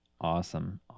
Awesome